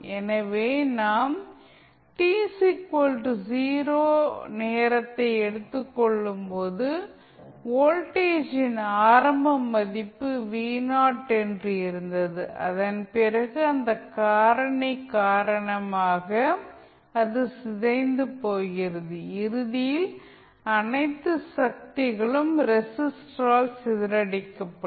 எனவே நாம் t 0 நேரத்தை எடுத்துக் கொள்ளும்போது வோல்டேஜின் ஆரம்ப மதிப்பு என்று இருந்தது அதன் பிறகு இந்த காரணி காரணமாக அது சிதைந்து போகிறது இறுதியில் அனைத்து சக்திகளும் ரெஸிஸ்டரால் சிதறடிக்கப்படும்